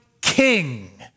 king